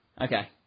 Okay